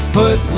put